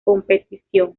competición